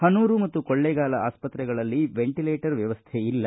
ಹನೂರು ಮತ್ತು ಕೊಳ್ಳೆಗಾಲ ಆಸ್ಪತ್ರೆಗಳಲ್ಲಿ ವೆಂಟಲೇಟರ್ ವ್ಯವಸ್ಥೆ ಇಲ್ಲ